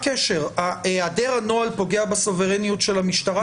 היעדר הנוהל פוגע בסוברניות של המשטרה?